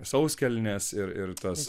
sauskelnes ir ir tas